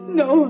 no